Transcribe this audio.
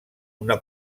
una